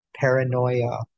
paranoia